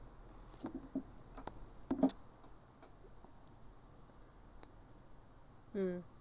mm